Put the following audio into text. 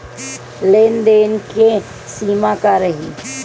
लेन देन के सिमा का रही?